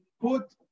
put